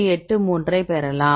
83 ஐ பெறலாம்